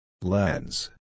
Lens